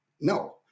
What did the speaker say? No